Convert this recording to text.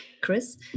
Chris